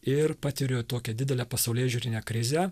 ir patiriu tokią didelę pasaulėžiūrinę krizę